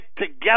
together